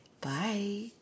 Bye